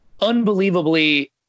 unbelievably